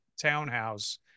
townhouse